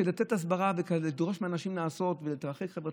כדי לתת הסברה ולדרוש מאנשים לעשות ולהתרחק חברתית,